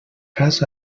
cas